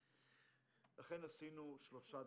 לכן עשינו שלוש דברים.